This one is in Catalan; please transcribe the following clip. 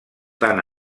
tant